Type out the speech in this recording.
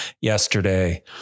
yesterday